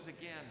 again